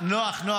נוח.